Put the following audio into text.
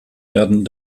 werden